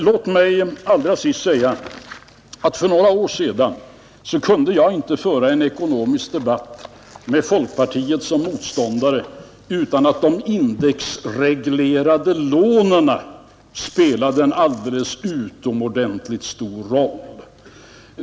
Låt mig allra sist säga att för några år sedan kunde jag inte föra en ekonomisk debatt med folkpartiet som motståndare utan att de indexreglerade lånen spelade en alldeles utomordentligt stor roll.